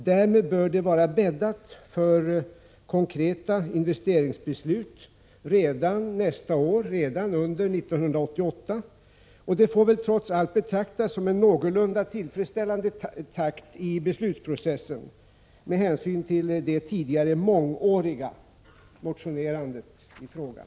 Därmed bör det vara bäddat för konkreta investeringsbeslut redan nästa år, redan under 1988, och det får väl trots allt betraktas som en någorlunda tillfredsställande takt i beslutsprocessen, med hänsyn till det tidigare mångåriga motionerandet i frågan.